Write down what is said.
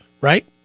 right